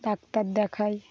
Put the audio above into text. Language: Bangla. ডাক্তার দেখাই